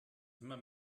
immer